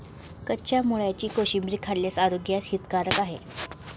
कच्च्या मुळ्याची कोशिंबीर खाल्ल्यास आरोग्यास हितकारक आहे